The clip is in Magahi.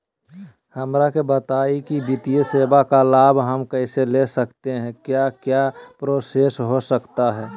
हमरा के बताइए की वित्तीय सेवा का लाभ हम कैसे ले सकते हैं क्या क्या प्रोसेस हो सकता है?